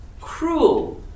cruel